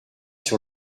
sur